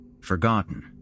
forgotten